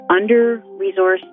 under-resourced